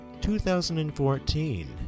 2014